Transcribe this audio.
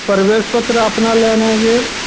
प्रवेश पत्र अपना लेना है यह